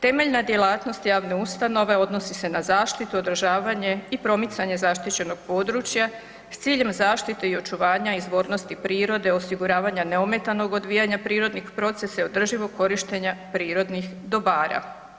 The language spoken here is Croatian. Temeljna djelatnost javne ustanove odnosi se na zaštitu, održavanje i promicanje zaštićenog područja s ciljem zaštite i očuvanja izvornosti prirode, osiguravanja neometanog odvijanja prirodnih procesa i održivog korištenja prirodnih dobara.